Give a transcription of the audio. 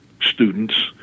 students